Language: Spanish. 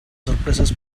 sorpresas